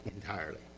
entirely